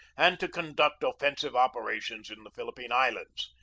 and to conduct offensive operations in the philippine islands.